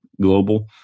Global